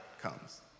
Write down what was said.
comes